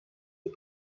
est